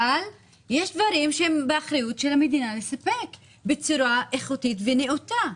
אבל יש דברים שהם באחריות של המדינה לספק בצורה איכותית ונאותה.